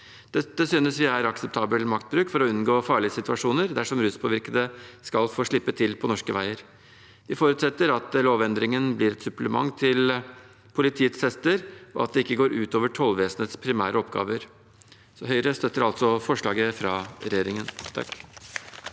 Dette synes vi er akseptabel maktbruk for å unngå farlige situasjoner dersom ruspåvirkede skulle få slippe til på norske veier. Vi forutsetter at lovendringen blir et supplement til politiets tester, og at det ikke går ut over tollvesenets primære oppgaver. Høyre støtter altså forslaget fra regjeringen.